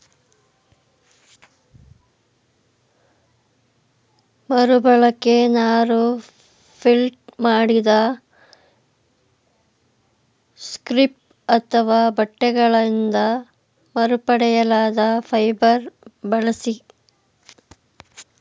ಮರುಬಳಕೆ ನಾರು ಫೆಲ್ಟ್ ಮಾಡಿದ ಸ್ಕ್ರ್ಯಾಪ್ ಅಥವಾ ಬಟ್ಟೆಗಳಿಂದ ಮರುಪಡೆಯಲಾದ ಫೈಬರ್ ಬಳಸಿದಾಗಿದೆ